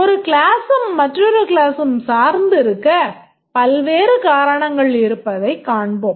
ஒரு classம் மற்றொரு classம் சார்ந்து இருக்க பல்வேறு காரணங்கள் இருப்பதைக் காண்போம்